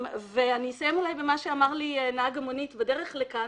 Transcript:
ואני אסיים אולי במה שאמר לי נהג המונית בדרך לכאן,